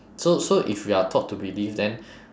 so so if we are taught to believe then